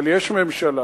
אבל יש ממשלה,